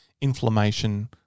inflammation